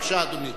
בבקשה, אדוני.